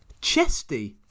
chesty